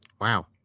Wow